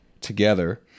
together